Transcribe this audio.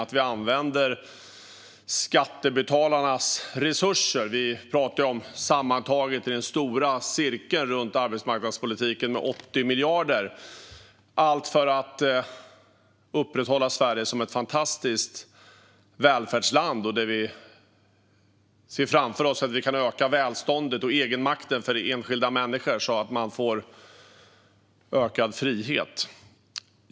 I den stora cirkeln runt arbetsmarknadspolitiken använder vi sammantaget 80 miljarder av skattebetalarnas resurser - allt för att upprätthålla Sverige som ett fantastiskt välfärdsland och i avsikt att öka välståndet och egenmakten för enskilda människor så att de får ökad frihet.